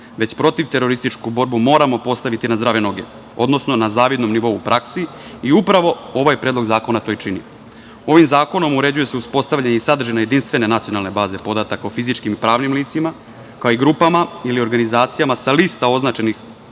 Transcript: već protiv terorističku borbu moramo postaviti na zdrave noge, odnosno na zavidnom nivou u praksi i upravo ovaj predlog zakona to i čini. Ovim zakonom uređuje se i uspostavljanje i sadržine jedinstvene nacionalne baze podataka o fizičkim i pravnim licima, kao i grupama i organizacijama sa lista označenih